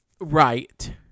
Right